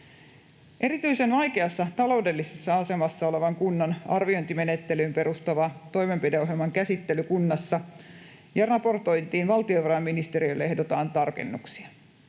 Erityisen vaikeassa taloudellisessa asemassa olevan kunnan arviointimenettelyyn perustuvan toimenpideohjelman käsittelyyn kunnassa ja raportointiin valtiovarainministeriölle ehdotetaan tarkennuksia.